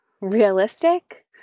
realistic